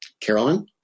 Carolyn